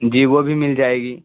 جی وہ بھی مل جائے گی